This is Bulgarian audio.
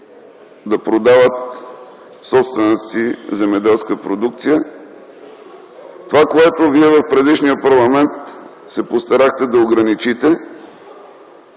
да продават собствената си земеделска продукция. Това, което вие в предишния парламент се постарахте да ограничите,